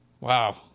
Wow